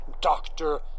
doctor